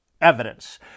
evidence